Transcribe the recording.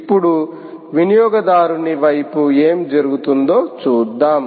ఇప్పుడు వినియోగదారుని వైపు ఏమి జరుగుతుందో చూద్దాం